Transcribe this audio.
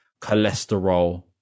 cholesterol